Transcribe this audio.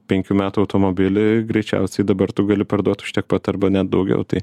penkių metų automobilį greičiausiai dabar tu gali parduot už tiek pat arba net daugiau tai